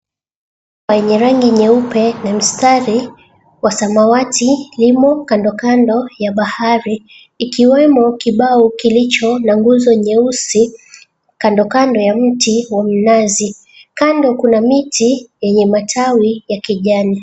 Yenye rangi nyeupe na mstari wa samawati limo kando kando ya bahari ikiwemo kibao kilicho na nguzo nyeusi kandokando ya mti wa mnazi. Kando kuna miti yenye matawi ya kijani.